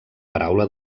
paraula